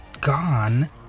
gone